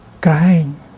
crying